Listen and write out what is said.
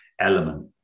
element